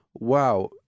Wow